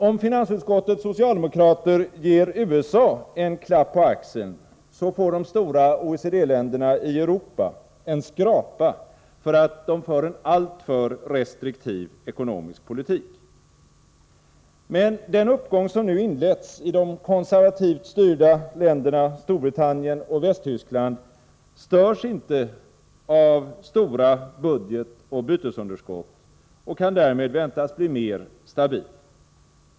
Om finansutskottets socialdemokrater ger USA en klapp på axeln, så får de stora OECD-länderna i Europa en skrapa för att de för en alltför restriktiv ekonomisk politik. Men den uppgång som nu inletts i de konservativt styrda länderna Storbritannien och Västtyskland störs inte av stora budgetoch bytesunderskott och kan därmed väntas bli mer stabil.